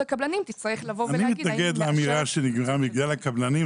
אני מתנגד לאמירה "שנגרם בגלל הקבלנים".